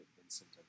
Vincent